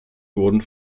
wurden